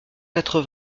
quatre